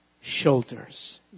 shoulders